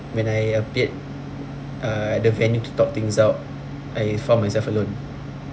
when I appeared uh at the venue to talk things out I found myself alone